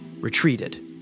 retreated